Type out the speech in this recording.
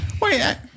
Wait